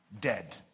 Dead